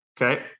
Okay